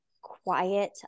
quiet